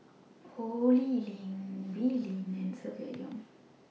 Ho Lee Ling Wee Lin and Silvia Yong